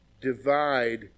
divide